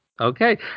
Okay